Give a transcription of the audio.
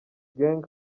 gang